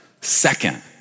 Second